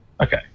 Okay